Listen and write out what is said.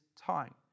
time